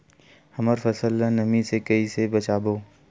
हमर फसल ल नमी से क ई से बचाबो?